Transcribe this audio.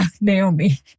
Naomi